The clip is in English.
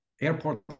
airport